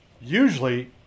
usually